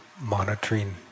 monitoring